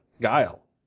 Guile